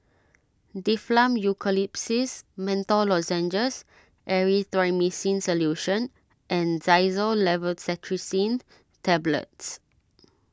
Difflam Eucalyptus Menthol Lozenges Erythroymycin Solution and Xyzal Levocetirizine Tablets